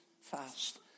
fast